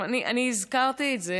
אני הזכרתי את זה